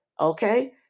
okay